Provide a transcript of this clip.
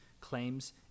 claims